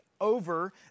over